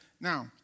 Now